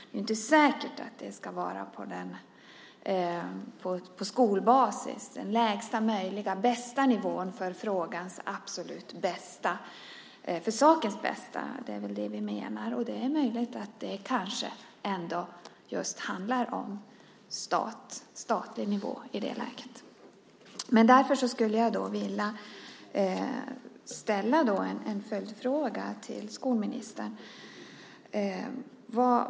Det är inte säkert att den lägsta möjliga nivån för frågans och sakens absolut bästa ska vara på skolbasis. Det är väl det vi menar. Det är möjligt att det kanske ändå handlar om statlig nivå i det läget. Jag skulle därför vilja ställa en följdfråga till skolministern.